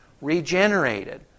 Regenerated